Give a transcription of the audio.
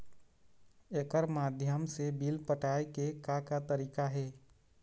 एकर माध्यम से बिल पटाए के का का तरीका हे?